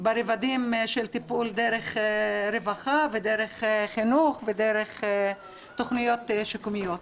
ברבדים של טיפול דרך רווחה ודרך חינוך ודרך תוכניות שיקומיות.